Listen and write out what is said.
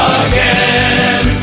again